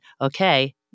okay